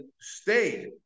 stayed